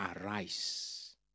arise